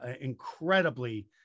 incredibly